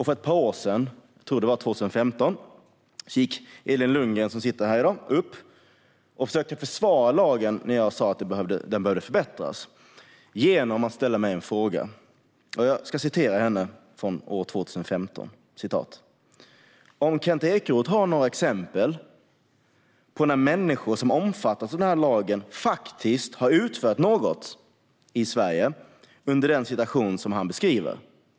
För ett par år sedan, jag tror att det var 2015, försökte Elin Lundgren, som sitter här nu, försvara lagen när jag sa att den behövde förbättras genom att ställa mig en fråga: "Har Kent Ekeroth några exempel på där människor som har omfattats av lagen faktiskt har utfört något i Sverige på det sätt han beskriver?"